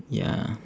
ya